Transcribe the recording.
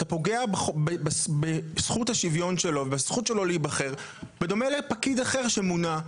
אתה פוגע בזכות השוויון שלו והזכות שלו להיבחר בדומה לפקיד אחר שמונה,